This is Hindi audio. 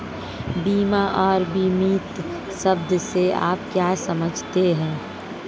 बीमा और बीमित शब्द से आप क्या समझते हैं?